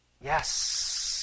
yes